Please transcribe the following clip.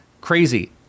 Crazy